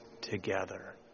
together